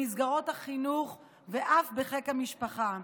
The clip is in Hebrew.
במסגרות החינוך ואף בחיק המשפחה.